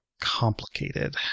complicated